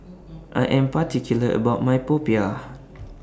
I Am particular about My Popiah